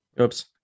oops